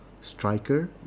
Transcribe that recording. striker